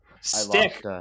stick